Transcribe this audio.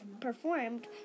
performed